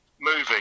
movie